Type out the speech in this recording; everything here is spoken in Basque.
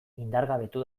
indargabetu